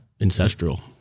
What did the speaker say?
ancestral